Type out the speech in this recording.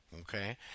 okay